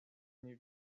nie